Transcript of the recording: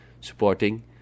supporting